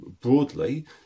broadly